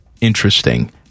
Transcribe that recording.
interesting